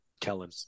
Kellen